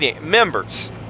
members